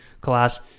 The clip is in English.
class